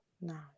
no